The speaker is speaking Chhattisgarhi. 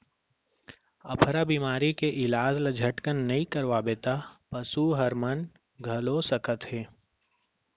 अफरा बेमारी के इलाज ल झटकन नइ करवाबे त पसू हर मन घलौ सकत हे